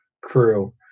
crew